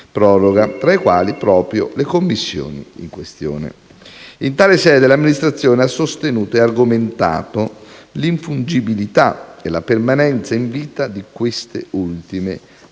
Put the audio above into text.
tra i quali proprio le commissioni in questione. In tale sede, l'Amministrazione ha sostenuto e argomentato l'infungibilità e la permanenza in vita di queste ultime, alla luce